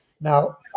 Now